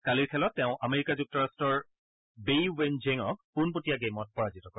কালিৰ খেলত তেওঁ আমেৰিকা যুক্তৰাষ্ট্ৰৰ বেই ৱেন ঝেঙক পোনপটীয়া গেমত পৰাজিত কৰে